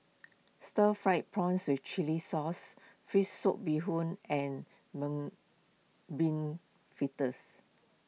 Stir Fried Prawn with Chili Sauce Fish Soup Bee Hoon and Mung Bean Fritters